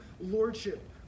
lordship